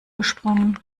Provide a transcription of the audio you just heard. gesprungen